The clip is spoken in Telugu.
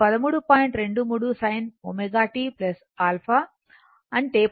23 sin ω t α అంటే13